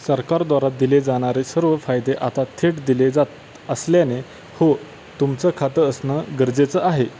सरकारद्वारा दिले जाणारे सर्व फायदे आता थेट दिले जात असल्याने हो तुमचं खातं असणं गरजेचं आहे